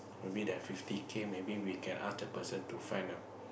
maybe that fifty K maybe we can ask the person to find a